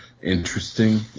Interesting